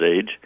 age